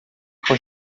com